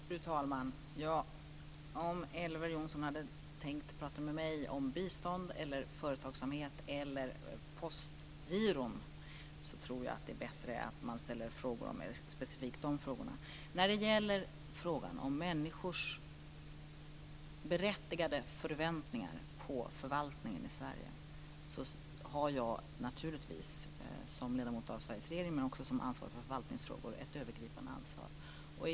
Fru talman! Om Elver Jonsson hade tänkt tala med mig om bistånd, företagsamhet eller postgiron tror jag att det är bättre att han specifikt ställer de frågorna. När det gäller frågan om människors berättigade förväntningar på förvaltningen i Sverige har jag naturligtvis som ledamot av Sveriges regering men också som ansvarig för förvaltningsfrågor ett övergripande ansvar.